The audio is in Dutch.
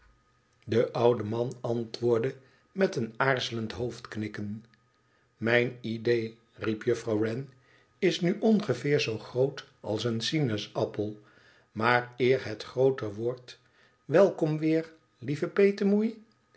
de oude man antwoordde met een aarzelend hoofdknikken mijn idéé riep juffrouw wren isnu ongeveer zoo groot als een sinaasappel maar eer het grooter wordt welkom weer lieve